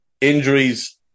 injuries